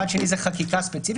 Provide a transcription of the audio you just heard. פן שני זה חקיקה ספציפית,